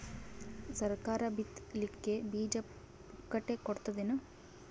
ಸರಕಾರ ಬಿತ್ ಲಿಕ್ಕೆ ಬೀಜ ಪುಕ್ಕಟೆ ಕೊಡತದೇನು?